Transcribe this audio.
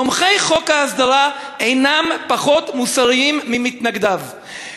תומכי חוק ההסדרה אינם פחות מוסריים ממתנגדיו,